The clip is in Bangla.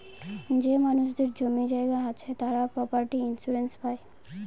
যে মানুষদের জমি জায়গা আছে তারা প্রপার্টি ইন্সুরেন্স পাই